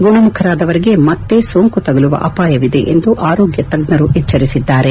ಗುಣಮುಖರಾದವರಿಗೆ ಮತ್ತೆ ಸೋಂಕು ತಗುಲುವ ಅಪಾಯವಿದೆ ಎಂದು ಆರೋಗ್ಯ ತಜ್ಞರು ಎಚ್ಚರಿಸಿದ್ದಾರೆ